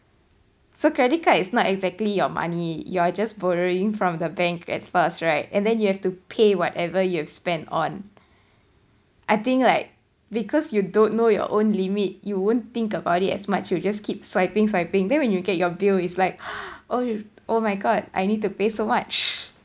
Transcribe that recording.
so credit card is not exactly your money you are just borrowing from the bank at first right and then you have to pay whatever you've spent on I think like because you don't know your own limit you won't think about it as much you just keep swiping swiping then when you get your bill is like oh oh my god I need to pay so much